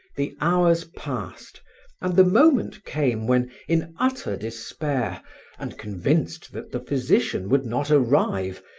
the hours passed and the moment came when, in utter despair and convinced that the physician would not arrive,